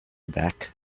back